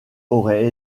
aurait